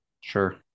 sure